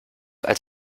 als